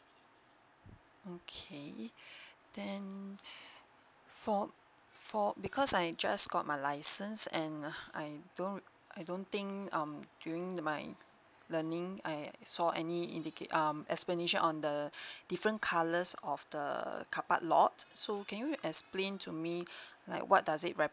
okay then for for because I just got my license and I don't I don't think um during my learning I saw any indicat~ um explanation on the different colours of the carpark lots so can you explain to me like what does it